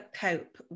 cope